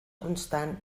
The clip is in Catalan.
constant